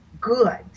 good